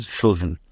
children